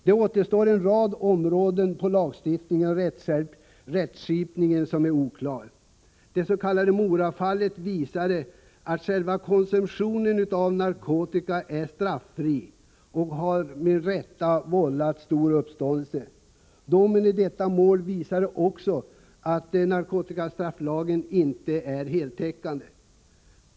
Det återstår en rad områden där lagstiftningen och rättskipningen är oklar. Det s.k. Morafallet som visade att själva konsumtionen av narkotika är straffri har med rätta vållat uppståndelse. Domen i detta mål visar också att narkotikastrafflagen inte är heltäckande.